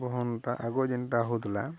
ଆଗରୁ ଯେମିତି ହେଉଥିଲା